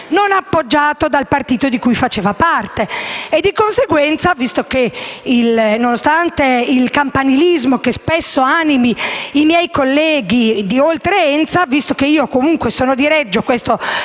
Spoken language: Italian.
non appoggiato dal partito di cui faceva parte. Di conseguenza, visto che, nonostante il campanilismo che spesso anima i miei colleghi di oltre la Val d'Enza e visto che comunque sono di Reggio (per